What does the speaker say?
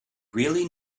really